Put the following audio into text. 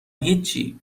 هیچی